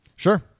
Sure